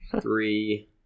three